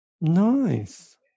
Nice